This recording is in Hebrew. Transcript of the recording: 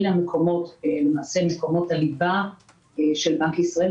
אלה מקומות הליבה של בנק ישראל,